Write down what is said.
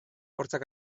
hortzak